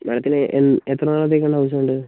മാഡത്തിന് എത്ര നാളത്തേക്ക് ആണ് ഹൗസ് വേണ്ടത്